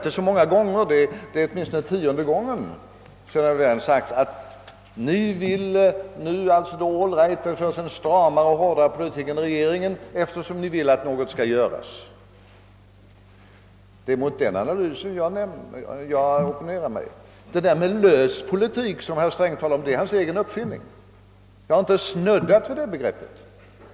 Det är åtminstone tionde gången vi mött det förenklade resonemanget, att vi vill föra en hårdare och stramare politik än regeringen, därför att vi önskar att någonting skall göras. Det är mot denna analys jag opponerar mig. Uttrycket »lös politik», som herr Sträng talade om, är hans egen uppfinning; jag har inte snuddat vid detta begrepp i mitt anförande.